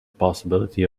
possibility